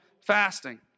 fasting